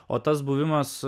o tas buvimas